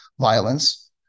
violence